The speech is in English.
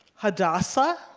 hadassah,